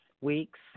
weeks